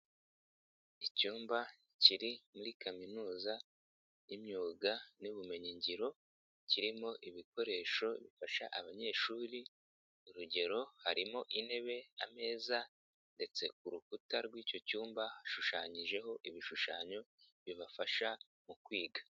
Icyumba kiri muri kaminuza y'imyuga n'ubumenyigiro kirimo ibikoresho bifasha abanyeshuri urugero harimo intebe, ameza, ndetse ku rukuta rw'icyo cyumba hashushanyijeho ibishushanyo bibafasha mu kwiga.